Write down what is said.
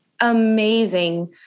amazing